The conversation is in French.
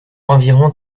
environ